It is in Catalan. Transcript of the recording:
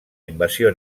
invasió